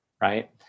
Right